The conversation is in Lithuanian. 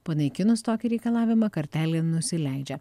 panaikinus tokį reikalavimą kartelė nusileidžia